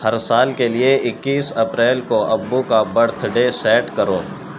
ہر سال کے لیے اکیس اپریل کو ابو کا برتھ ڈے سیٹ کرو